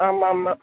ஆமாம் ஆமாம்